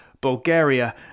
Bulgaria